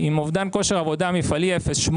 עם אובדן כושר עבודה מפעלי 08,